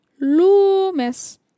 Loomis